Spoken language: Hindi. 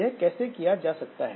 यह कैसे किया जा सकता है